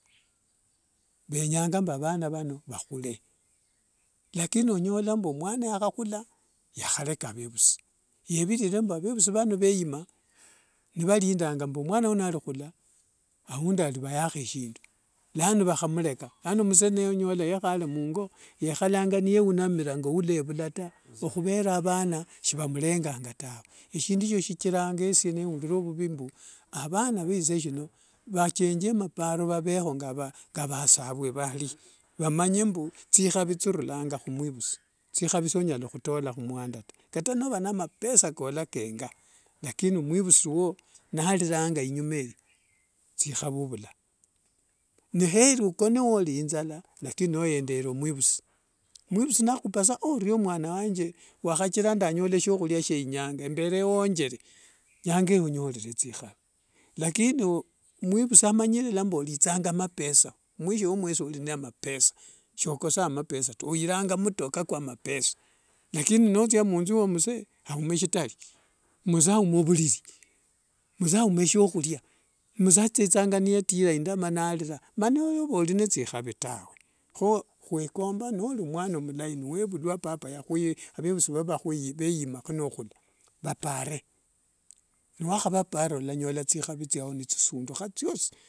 Venyanga mbu vana vano vahule, lakini onyala mbu omwana yahahula yahareka avevusi, yevirire mbu avevusi vano veyima nivarindanga mbu omwana uno arihula aundi arivawaho eshindu lano vahamreka, lano mzee nonyola niyehale mungo yehalanga niyeunamira ngo oulevula ta ohuvera avana shivamrenganga tawe, eshindu esho shichiranga esye nourira vuvi mbu avana veshisha sino vachenjye maparo vaveho nga vasaavwe vari vamanye mbu tsihavi tsirulanga humwivusi, tsihavi sonyala hutola humwanda ta, kata nova namapesa kola kenga lakini mwivusi wo nariranga inyuma eyi tsihavi ovula, ni heri okone ori inzala lakini noyeendere mwivusi, omwivusi nahupa sa oryo wanje wahachira ndanyola syahuria sye inyanga embere wonjere enyanga eyo onyorere tsihavi, lakini mwivusi amanyire lala mbu oritsanga mapesa, mwisho wo humwesi ori ne mapesa, sokosanga mapesa ta, oyiranga omtoka kwa mapesa lakini notsya mu inzu yo mzee ama eshitari, mzee auma ovuriri, msee auma eshiohuria, mzee atsitsanga niyetira indama narira mana ewe ava ori netsihavi tawe,, ho hwikomba nori omwana omulayi niwevulwa papa wo yeyima, avevusi vo veyima hunohula vapaare, niwahavapara olanyola tsihavi tsyao nitsisunduha tsyosi.